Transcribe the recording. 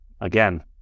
Again